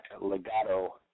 Legato